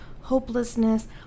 hopelessness